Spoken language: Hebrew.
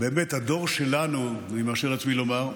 באמת הדור שלנו, אני מרשה לעצמי לומר,